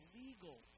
legal